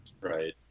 Right